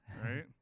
right